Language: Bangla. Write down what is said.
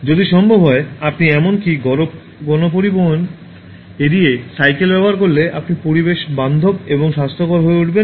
যদি সম্ভব হয় আপনি এমনকি গণপরিবহন এড়িয়ে সাইকেল ব্যবহার করলে আপনি পরিবেশ বান্ধব এবং স্বাস্থ্যকর হয়ে উঠবেন